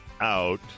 out